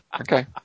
okay